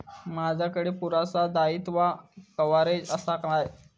माजाकडे पुरासा दाईत्वा कव्हारेज असा काय?